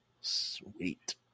Sweet